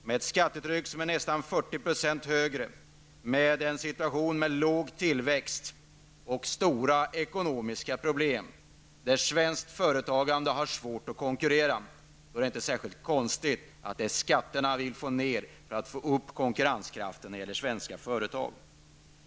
Med ett skattetryck som är nästan 40 % högre, med låg tillväxt och stora ekonomiska problem, där svenskt företagande har svårt att konkurrera, är det inte särskilt konstigt att vi vill få ner skattetrycket för att öka konkurrenskraften för svenska företag.